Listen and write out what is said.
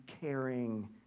caring